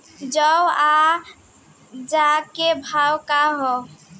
जौ क आज के भाव का ह?